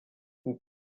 vous